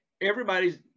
everybody's